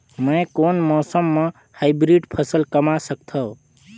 मै कोन मौसम म हाईब्रिड फसल कमा सकथव?